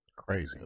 Crazy